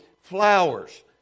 flowers